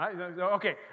Okay